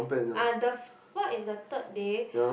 ah the what if the third day